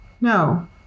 No